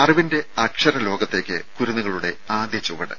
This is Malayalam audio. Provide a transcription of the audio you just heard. അറിവിന്റെ അക്ഷര ലോകത്തേക്ക് കുരുന്നുകളുടെ ആദ്യ ചുവട്